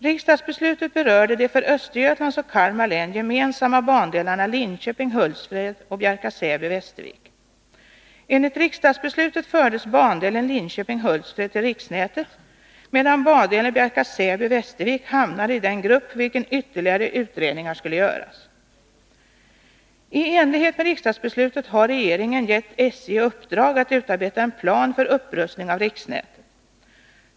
Riksdagsbeslutet berörde de för Östergötlands och Kalmar län gemensamma bandelarna Linköping-Hultsfred och Bjärka Säby-Västervik hamnade i den grupp för vilken ytterligare utredningar skulle göras. I enlighet med riksdagsbeslutet har regeringen gett SJ i uppdrag att utarbeta en plan för upprustning av riksnätet.